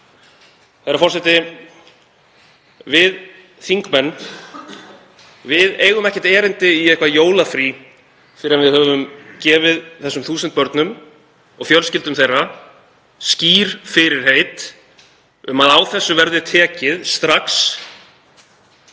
Herra forseti. Við þingmenn eigum ekkert erindi í jólafrí fyrr en við höfum gefið þessum 1.000 börnum og fjölskyldum þeirra skýr fyrirheit um að á þessu verði tekið strax